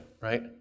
right